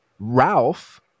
Ralph